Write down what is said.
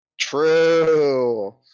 True